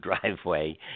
driveway